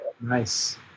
Nice